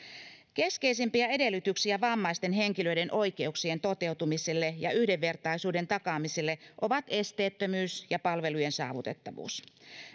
keskeisimpiä edellytyksiä vammaisten henkilöiden oikeuksien toteutumiselle ja yhdenvertaisuuden takaamiselle ovat esteettömyys ja palvelujen saavutettavuus